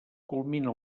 culmina